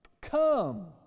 Come